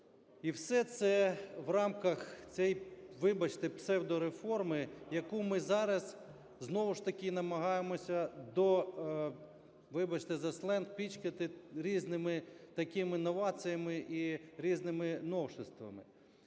І все це в рамках, цієї, вибачте, псевдореформи, яку ми зараз знову ж таки намагаємося до, вибачте за сленг, пічкати різними такими новаціями і різними новшествами.